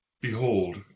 Behold